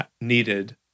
needed